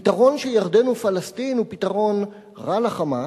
הפתרון שירדן היא פלסטין הוא פתרון רע ל"חמאס",